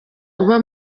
uba